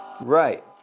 Right